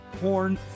porn